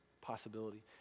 possibility